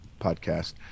podcast